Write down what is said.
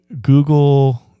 Google